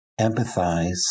empathize